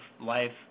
life